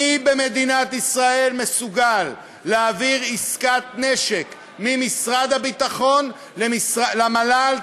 מי במדינת ישראל מסוגל להעביר עסקת נשק ממשרד הביטחון למל"ל,